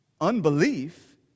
unbelief